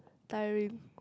tiring